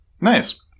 Nice